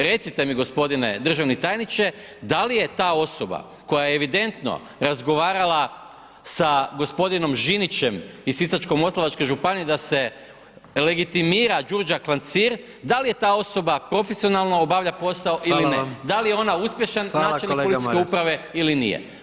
Recite mi g. državni tajniče, da li je ta osoba koja je evidentno razgovarala sa g. Žinićem iz sisačko-moslavačke županije da se legitimira Đurđa Klancir, dal je ta osoba profesionalno obavlja posao ili ne [[Upadica: Hvala vam]] da li je ona uspješan [[Upadica: Hvala kolega Maras]] načelnik policijske uprave ili nije?